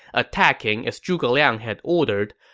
attacking as zhuge liang had ordered.